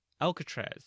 Alcatraz